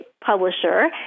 publisher